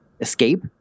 escape